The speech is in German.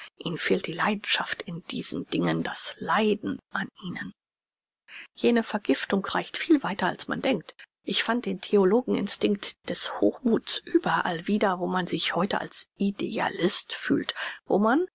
die leidenschaft in diesen dingen das leiden an ihnen jene vergiftung reicht viel weiter als man denkt ich fand den theologen instinkt des hochmuths überall wieder wo man sich heute als idealist fühlt wo man